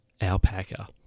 Alpaca